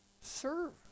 Serve